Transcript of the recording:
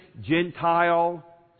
Gentile